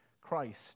Christ